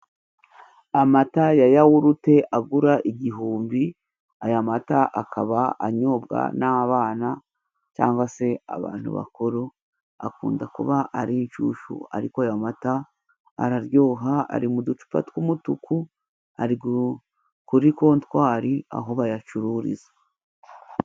Amata ya yawurute agura igihumbi. Aya mata akaba anyobwa n'abana cyangwa se abantu bakuru. Akunda kuba ari inshushu, ariko aya mata araryoha ari mu ducupa tw'umutuku. Ari kuri kontwari aho bayacururiza.